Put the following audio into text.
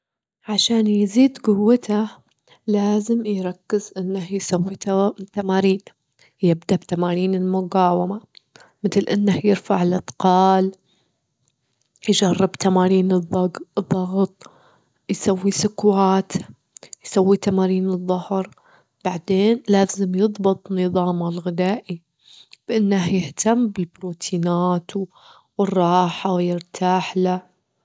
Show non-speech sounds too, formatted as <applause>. عشان يزيد جوته، لازم يركز إنه يسوي تمارين- تمارين، يبدأ بتمارين المجاومة، متل إنه يرفع الأتقال، يجرب تمارين الضغط- الضغط، يسوي <unintelligible> يسوي تمارين الضهر، بعدين لازم يضبط نظامه الغذائي، بأنه يهتم بالبروتينات والراحة ويرتاح له.